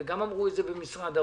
וגם אמרו את זה במשרד האוצר,